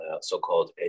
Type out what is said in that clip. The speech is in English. so-called